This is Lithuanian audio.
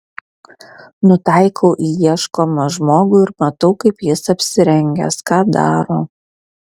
nutaikau į ieškomą žmogų ir matau kaip jis apsirengęs ką daro